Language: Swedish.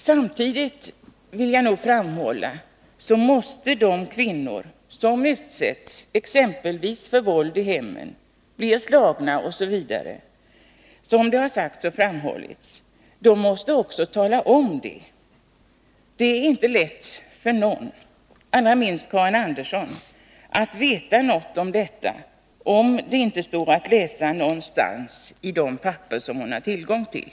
Samtidigt vill jag — som här tidigare har framhållits — understryka att de kvinnor som utsätts för t.ex. våld i hemmet, blir slagna osv., också måste tala om vad som har hänt. Det är inte lätt för någon, allra minst för Karin Andersson, att veta något om detta, om det inte står att läsa någonstans i de papper som hon här tillgång till.